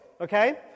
Okay